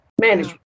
management